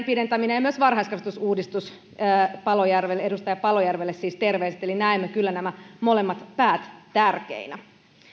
pidentäminen ja myös varhaiskasvatusuudistus edustaja paloniemelle siis terveiset että näemme kyllä nämä molemmat päät tärkeinä